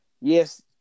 yes